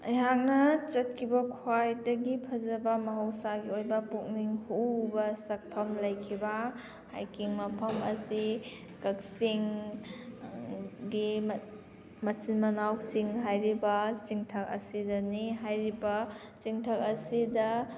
ꯑꯩꯍꯥꯛꯅ ꯆꯠꯈꯤꯕ ꯈ꯭ꯋꯥꯏꯗꯒꯤ ꯐꯖꯕ ꯃꯍꯧꯁꯥꯒꯤ ꯑꯣꯏꯕ ꯄꯨꯛꯅꯤꯡ ꯍꯨꯕ ꯁꯛꯐꯝ ꯂꯩꯈꯤꯕ ꯍꯥꯏꯀꯤꯡ ꯃꯐꯝ ꯑꯁꯤ ꯀꯛꯆꯤꯡ ꯒꯤ ꯃꯆꯤꯟ ꯃꯅꯥꯎ ꯍꯥꯏꯔꯤꯕ ꯆꯤꯡꯊꯛ ꯑꯁꯤꯗꯅꯤ ꯍꯥꯏꯔꯤꯕ ꯆꯤꯡꯊꯛ ꯑꯁꯤꯗ